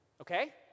okay